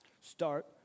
Start